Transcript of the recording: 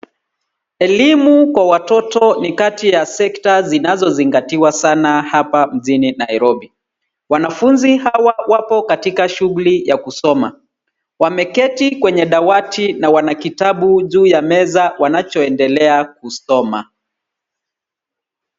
Elimu kwa watoto ni kati ya sekta zinazozingatiwa sana hapa mjini Nairobi. Wanafunzi hawa wapo katika shughuli ya kusoma. Wameketi kwenye dawati na wana kitabu juu ya meza wanachoendelea kusoma.